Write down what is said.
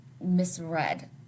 misread